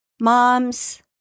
moms